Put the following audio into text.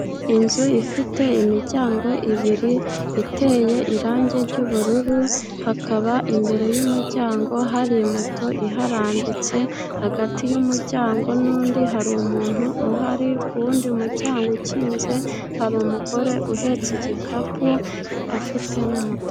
Inzu ifite imiryango ibiri iteye irangi ry'ubururu, hakaba imbere y'umuryango hari moto iharambitse, hagati y'umuryango n'undi hari umuntu uhari, ku wundi muryango ukinze hari umugore uhetse igikapu afite n'umutaka.